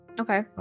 Okay